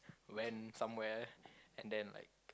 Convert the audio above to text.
went somewhere and then like